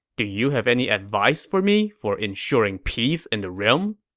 do you have any advice for me for ensuring peace in the realm?